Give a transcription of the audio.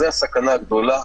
זאת הסכנה הגדולה,